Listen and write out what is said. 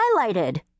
highlighted